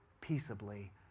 peaceably